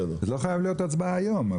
לא חייבת להיות הצבעה היום.